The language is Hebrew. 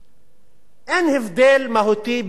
אין הבדל מהותי בין התנחלות